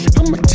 I'ma